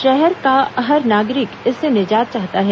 शहर का हर नागरिक इससे निजात चाहता है